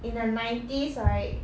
in the nineties right